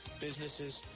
businesses